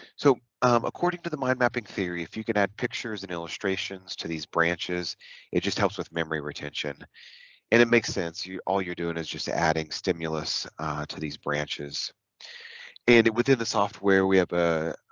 so according to the mind mapping theory if you can add pictures and illustrations to these branches it just helps with memory retention and it makes sense you all you're doing is just adding stimulus to these branches and it within the software we have a